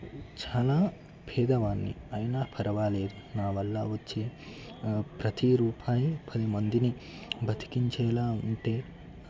చాలా పేదవాడ్ని అయినా పరవాలేదు నావల్ల వచ్చే ప్రతి రూపాయి పది మందిని బతికించేలా ఉంటే